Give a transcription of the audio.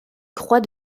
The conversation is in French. croix